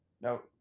now